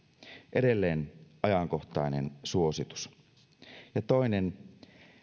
edelleen ajankohtainen suositus toinen on